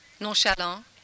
nonchalant